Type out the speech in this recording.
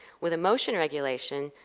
with emotion regulation,